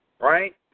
right